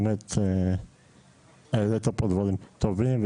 באמת העלית פה דברים טובים,